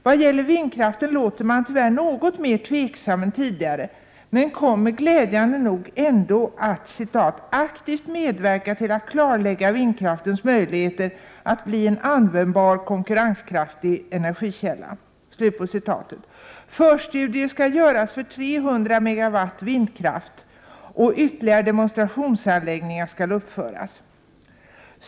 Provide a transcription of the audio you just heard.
Vad gäller vindkraften låter man tyvärr något mer tveksam än tidigare, men man kommer glädjande nog ändå att ”aktivt medverka till att klarlägga vindkraftens möjligheter att bli en användbar konkurrenskraftig energikälla”. Förstudier skall göras för 300 MW vindkraft, och ytterligare demonstrationsanläggningar skall uppföras.